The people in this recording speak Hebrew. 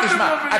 גם אתם